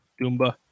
Dumba